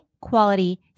quality